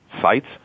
sites